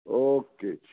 okay ਜੀ